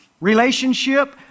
relationship